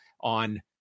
on